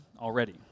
already